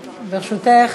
ברשותך,